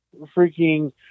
Freaking